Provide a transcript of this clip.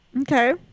Okay